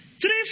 Three